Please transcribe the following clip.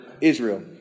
Israel